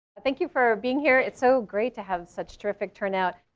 thank you for being here. it's so great to have such terrific turnout.